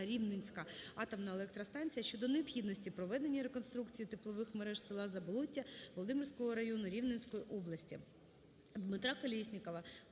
"Рівненська атомна електростанція" щодо необхідності проведення реконструкції теплових мереж села Заболоття Володимирецького району Рівненської області.